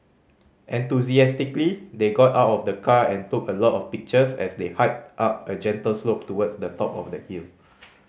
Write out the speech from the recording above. enthusiastically they got out of the car and took a lot of pictures as they hiked up a gentle slope towards the top of the hill